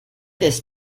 this